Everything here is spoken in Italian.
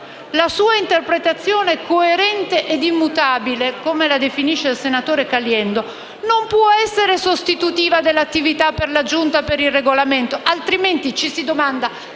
La sua interpretazione coerente e immutabile, come la definisce il senatore Caliendo, non può essere sostitutiva dell'attività della Giunta per il Regolamento; altrimenti per quale